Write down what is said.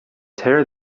tear